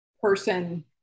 person